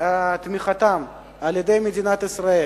והתמיכה בהן על-ידי מדינת ישראל,